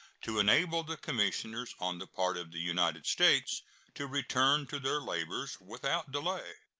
to enable the commissioners on the part of the united states to return to their labors without delay.